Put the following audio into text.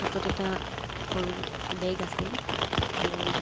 হাতত এটা সৰু বেগ আছিল আৰু